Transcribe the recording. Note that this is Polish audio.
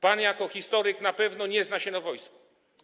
Pan jako historyk na pewno nie zna się na wojsku.